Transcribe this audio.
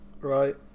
right